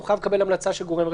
הוא חייב לקבל המלצה של גורם רפואי.